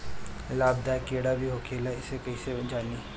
लाभदायक कीड़ा भी होखेला इसे कईसे जानी?